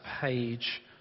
page